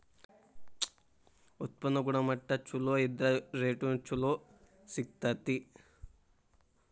ಉತ್ಪನ್ನ ಗುಣಮಟ್ಟಾ ಚುಲೊ ಇದ್ರ ರೇಟುನು ಚುಲೊ ಸಿಗ್ತತಿ